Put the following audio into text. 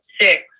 six